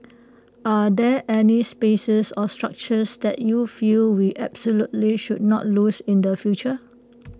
are there any spaces or structures that you feel we absolutely should not lose in the future